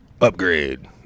upgrade